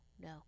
no